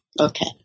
Okay